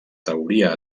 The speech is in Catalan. teoria